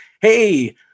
hey